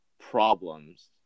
problems